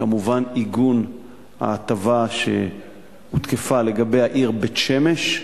כמובן, עיגון ההטבה שתקפה לגבי העיר בית-שמש,